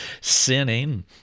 sinning